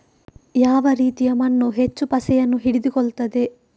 ಯಾವ ರೀತಿಯ ಮಣ್ಣು ಹೆಚ್ಚು ಪಸೆಯನ್ನು ಹಿಡಿದುಕೊಳ್ತದೆ?